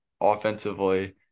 offensively